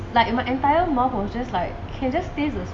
like my entire mouth or just like can just taste the sweetness